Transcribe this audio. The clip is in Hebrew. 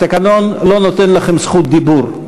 התקנון לא נותן לכם זכות דיבור,